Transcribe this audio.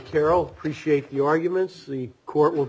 carroll appreciate the arguments the court will